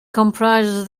comprises